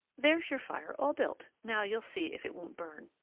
there's your fire all built now you'll see if it won't burn!